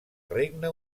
regne